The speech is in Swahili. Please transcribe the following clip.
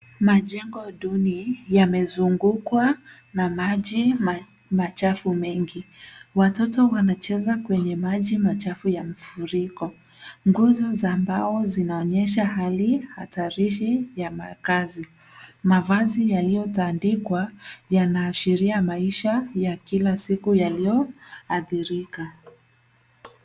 Majengo duni yamezungukwa na maji machafu mengi. Watoto wanacheza kwenye maji machafu ya mafuriko. Nguzo za mbao zinaonyesha hali hatarishi ya makazi. Mavazi yaliyotandikwa yanaashiria maisha ya kila siku yaliyoathirika.